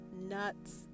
nuts